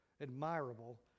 admirable